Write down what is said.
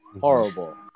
horrible